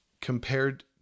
compared